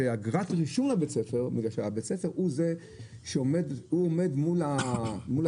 ואגרת רישום לבית ספר בגלל שהבית ספר הוא זה שעומד מול טסטים,